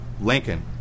Lincoln